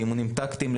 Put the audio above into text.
לאימונים טקטיים,